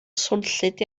swnllyd